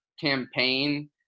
campaign